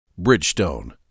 Bridgestone